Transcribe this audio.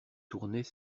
tournait